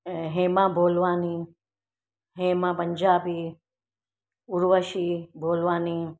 हेमा बोलवानी हेमा पंजाबी उर्वशी बोलवानी